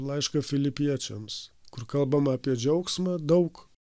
laišką filipiečiams kur kalbama apie džiaugsmą daug